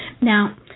Now